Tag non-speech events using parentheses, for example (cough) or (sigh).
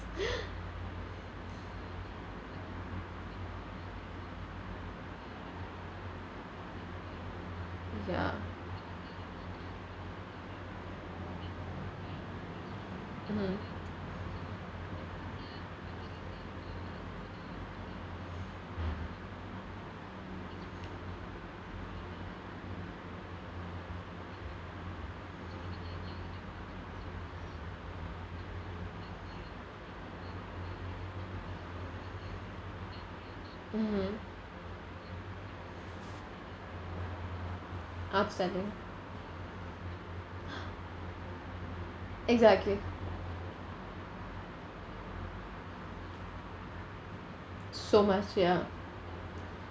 (breath) ya mmhmm mmhmm upsetting (breath) exactly so much ya